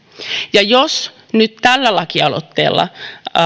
ja jos nyt tällä lakialoitteella